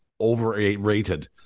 overrated –